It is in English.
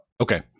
Okay